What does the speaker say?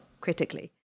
critically